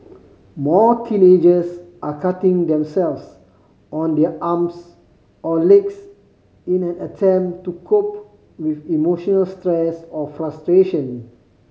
more teenagers are cutting themselves on their arms or legs in an attempt to cope with emotional stress or frustration